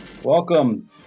Welcome